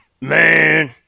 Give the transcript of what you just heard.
Man